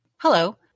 Hello